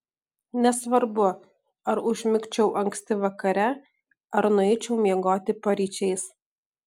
nesvarbu ar užmigčiau anksti vakare ar nueičiau miegoti paryčiais